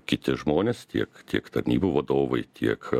kiti žmonės tiek tiek tarnybų vadovai tiek